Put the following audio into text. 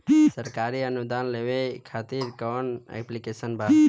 सरकारी अनुदान लेबे खातिर कवन ऐप्लिकेशन बा?